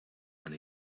and